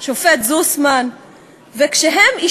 קשה לו